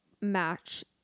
match